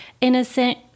innocent